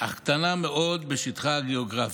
אך קטנה מאוד בשטחה הגיאוגרפי.